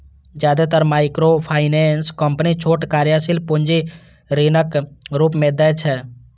जादेतर microfinance company छोट कार्यशील पूंजी ऋणक रूप मे दै छै